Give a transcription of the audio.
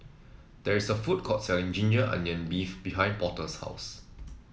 there is a food court selling ginger onion beef behind Porter's house